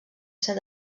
ser